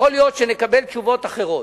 יכול להיות שנקבל תשובות אחרות,